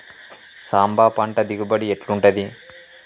సాంబ పంట దిగుబడి ఎట్లుంటది?